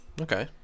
Okay